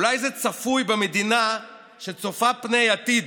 אולי זה צפוי במדינה שצופה פני עתיד,